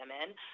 women